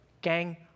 gang